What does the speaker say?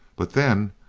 but then,